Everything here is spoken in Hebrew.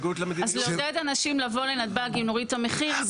אז לעודד אנשים לבוא לנתב"ג אם נוריד את המחיר.